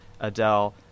Adele